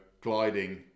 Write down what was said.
gliding